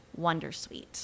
wondersuite